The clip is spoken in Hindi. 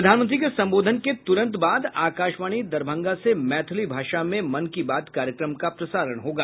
प्रधानमंत्री के संबोधन के तुरंत बाद आकाशवाणी दरभंगा से मैथिली भाषा में मन की बात कार्यक्रम का प्रसारण होगा